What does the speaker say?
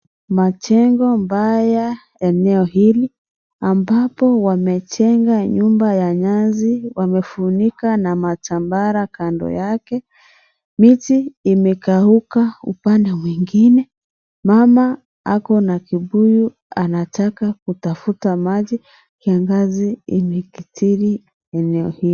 Majengo mbaya eneo hili, ambapo wamejenga nyumba ya nyasi, wamefunika na matambara Kando yake . Miti imekauka upande mwingine ,mama ako na kibuyu anataka kutafta maji. Kiangazi imekitiri eneo hili.